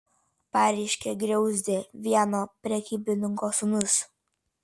pareiškė griauzdė vieno prekybininko sūnus